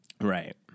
Right